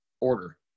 order